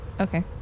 Okay